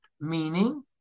Meaning